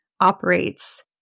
operates